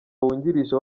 wungirije